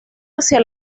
hacia